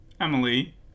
Emily